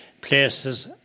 places